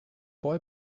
boy